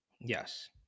Yes